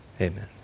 amen